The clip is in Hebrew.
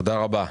תודה רבה.